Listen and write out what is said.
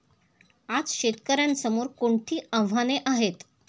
आज शेतकऱ्यांसमोर कोणती आव्हाने आहेत?